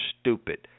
Stupid